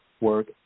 work